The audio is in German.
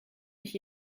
mich